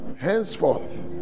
Henceforth